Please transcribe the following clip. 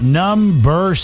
number